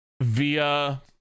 via